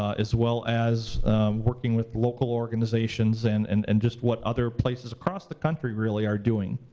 ah as well as working with local organizations, and and and just what other places across the country, really, are doing.